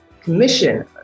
Commission